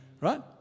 right